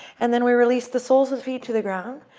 and then we release the soles of the feet to the ground.